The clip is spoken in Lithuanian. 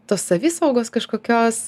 tos savisaugos kažkokios